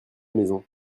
maison